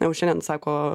jau šiandien sako